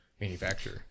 manufacturer